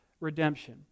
redemption